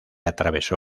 atravesó